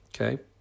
okay